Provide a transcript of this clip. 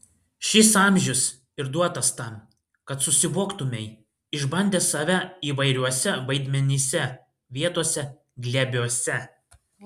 šis amžius ir duotas tam kad susivoktumei išbandęs save įvairiuose vaidmenyse vietose glėbiuose